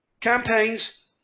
Campaigns